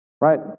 Right